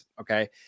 okay